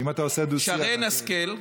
שרן השכל.